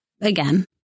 again